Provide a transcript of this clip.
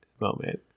moment